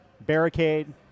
Barricade